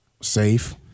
safe